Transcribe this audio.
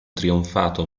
trionfato